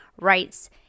rights